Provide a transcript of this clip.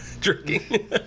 drinking